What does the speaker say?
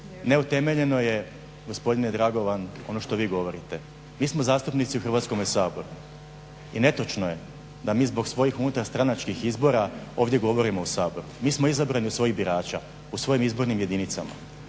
Neutemeljeno je gospodine Dragovan ono što vi govorite. Mi smo zastupnici u Hrvatskome saboru i netočno je da mi zbog svojih unutar stranačkih izbora ovdje govorimo u Saboru. Mi smo izabrani od svojih birača u svojim izbornim jedinicama.